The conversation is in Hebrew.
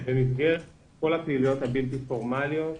במסגרת כל הפעילויות הבלתי פורמליות,